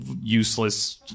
useless